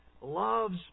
loves